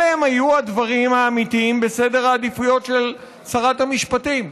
אלה היו הדברים האמיתיים בסדר העדיפויות של שרת המשפטים,